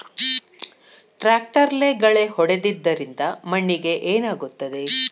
ಟ್ರಾಕ್ಟರ್ಲೆ ಗಳೆ ಹೊಡೆದಿದ್ದರಿಂದ ಮಣ್ಣಿಗೆ ಏನಾಗುತ್ತದೆ?